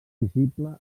visible